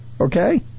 okay